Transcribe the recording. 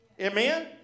Amen